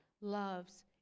loves